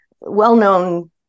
well-known